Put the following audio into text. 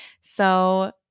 So-